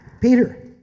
Peter